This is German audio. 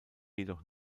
jedoch